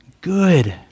good